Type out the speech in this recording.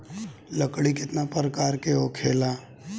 लकड़ी केतना परकार के होखेला